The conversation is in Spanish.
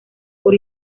por